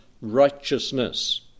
righteousness